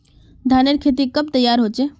धानेर खेती कब तैयार होचे?